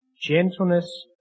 gentleness